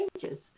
changes